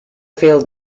fled